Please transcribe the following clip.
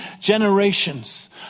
generations